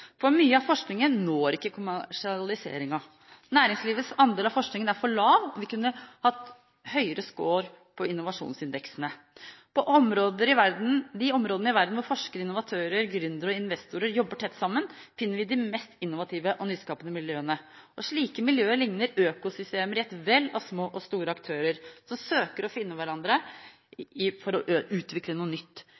for mye av forskningen når ikke kommersialiseringen. Næringslivets andel av forskningen er for lav. Vi kunne hatt høyere skår på innovasjonsindeksene. På de områdene i verden hvor forskere, innovatører, gründere og investorer jobber tett sammen, finner vi de mest innovative og nyskapende miljøene. Slike miljøer ligner økosystemer der et vell av små og store aktører søker å finne hverandre